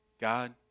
God